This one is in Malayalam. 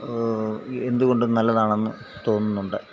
എന്തുകൊണ്ടും നല്ലതാണെന്ന് തോന്നുന്നുണ്ട്